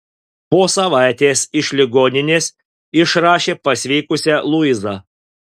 po savaitės iš ligoninės išrašė pasveikusią luizą